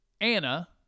Anna